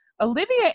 Olivia